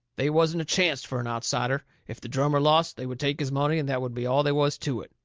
they wasn't a chancet fur an outsider. if the drummer lost, they would take his money and that would be all they was to it.